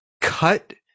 cut